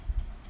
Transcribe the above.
mm